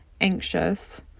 anxious